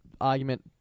argument